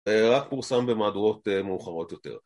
רק פורסם במהדורות מאוחרות יותר